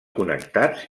connectats